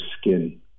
skin